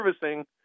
servicing